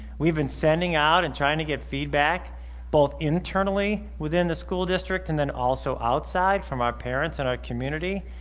we've been sending out and trying to get feedback both internally within the school district and then also outside from our parents and our community.